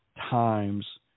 times